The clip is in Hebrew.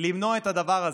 למנוע את הדבר הזה.